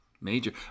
major